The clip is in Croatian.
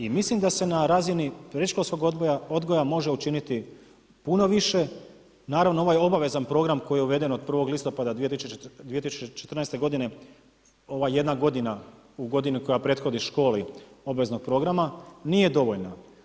I mislim da se na razini predškolskog odgoja može učiniti puno više, naravno ovaj obvezan program koji je uveden od 1. listopada 2014. godine, ova jedna godina u godini koja prethodni školi obaveznog programa, nije dovoljna.